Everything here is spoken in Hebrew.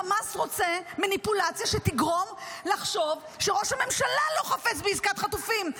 חמאס רוצה מניפולציה שתגרום לחשוב שראש הממשלה לא חפץ בעסקת חטופים,